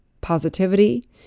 positivity